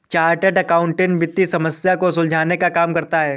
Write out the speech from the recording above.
chartered accountant वित्तीय समस्या को सुलझाने का काम करता है